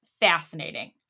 fascinating